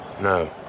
No